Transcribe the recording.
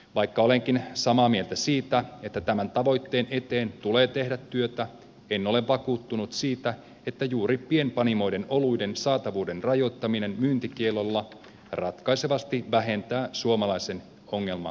vaikka olenkin samaa mieltä siitä että tämän tavoitteen eteen tulee tehdä työtä en ole vakuuttunut siitä että juuri pienpanimoiden oluiden saatavuuden rajoittaminen myyntikiellolla ratkaisevasti vähentää suomalaisen ongelmajuomista